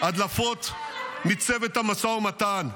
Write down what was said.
הדלפות מצוות המשא ומתן.